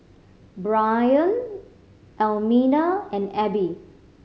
Brion Almina and Abbie